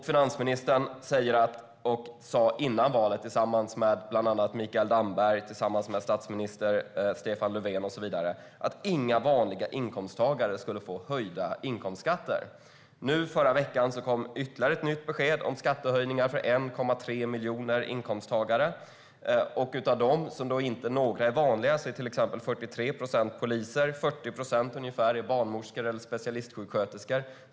Finansministern säger, och sa före valet bland annat tillsammans med Mikael Damberg och Stefan Löfven, att inga vanliga inkomsttagare skulle få höjda inkomstskatter. I förra veckan kom ytterligare ett nytt besked om skattehöjningar för 1,3 miljoner inkomsttagare. Det ska alltså inte vara några vanliga inkomsttagare, men det gäller till exempel 43 procent av alla poliser och 40 procent av barnmorskor och specialistsjuksköterskor.